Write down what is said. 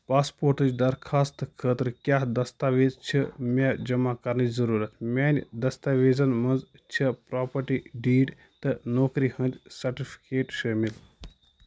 پاسپورٹٕچ درخاستہٕ خٲطرٕ کیٛاہ دستاویز چھ مےٚ جمع کرنٕچ ضروٗرت میانہِ دستاویزن منٛز چھےٚ پراپٹی ڈیٖڈ تہٕ نوکری ہنٛد سرٹیفکیٹ شٲمل